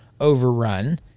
overrun